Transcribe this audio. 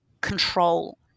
control